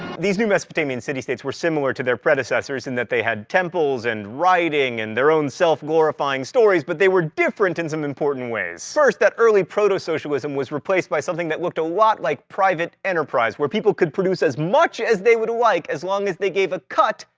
these new mesopotamian city states were similar to their predecessors in that they had temples and writing and their own self-glorifying stories but they were different in some important ways. first, that early proto-socialism was replaced by something that looked a lot like private enterprise, where people could produce as much as they would like as long as they gave a cut,